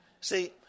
See